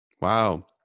Wow